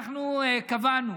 אנחנו קבענו